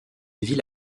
ville